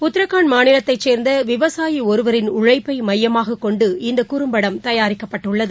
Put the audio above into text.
உத்ரகாண்ட் மாநிலத்தைச் சேர்ந்த விவசாயி ஒருவரின் உழைப்பை எமயமாகக் கொண்டு இந்த குறும்படம் தயாரிக்கப்பட்டுள்ளது